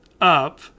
up